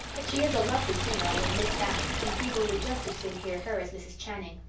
but she is a lovely singer, i'll admit that, and people would just as soon hear her as mrs. channing.